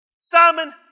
Simon